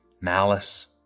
malice